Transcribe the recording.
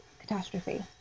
catastrophe